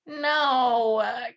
No